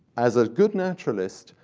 as a good naturalist,